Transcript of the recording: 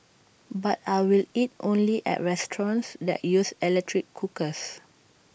but I will eat only at restaurants that use electric cookers